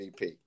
MVP